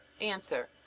Answer